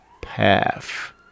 path